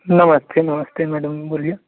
नमस्ते नमस्ते मैडम बोलिए